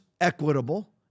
equitable